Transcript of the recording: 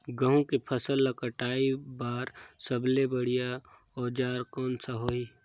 गहूं के फसल ला कटाई बार सबले बढ़िया औजार कोन सा होही?